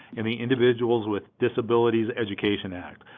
and the individuals with disabilities education act.